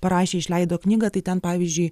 parašė išleido knygą tai ten pavyzdžiui